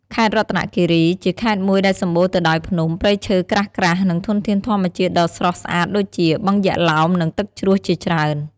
ខេត្តរតនគិរី ជាខេត្តមួយដែលសម្បូរទៅដោយភ្នំ ព្រៃឈើក្រាស់ៗ និងធនធានធម្មជាតិដ៏ស្រស់ស្អាតដូចជា បឹងយក្សឡោម និងទឹកជ្រោះជាច្រើន។